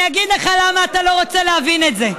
אני אגיד לך למה אתה לא רוצה להבין את זה.